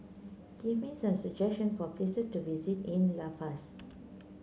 give me some suggestion for places to visit in La Paz